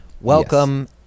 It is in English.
Welcome